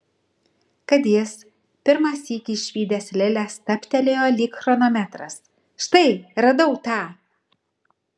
kad jis pirmą sykį išvydęs lilę stabtelėjo lyg chronometras štai radau tą